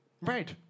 Right